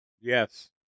Yes